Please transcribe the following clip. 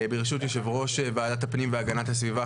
ברשות יושב-ראש ועדת הפנים והגנת הסביבה,